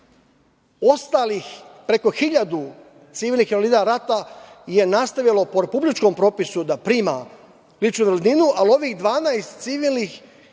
ostalih preko 1.000 civilnih invalida rata je nastavilo po republičkom propisu da prima ličnu invalidninu, ali ovih 12 civilnih